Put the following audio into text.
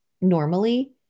normally